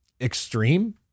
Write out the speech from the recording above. extreme